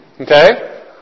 Okay